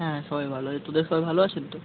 হ্যাঁ সবাই ভালো আছি তোদের সবাই ভালো আছেন তো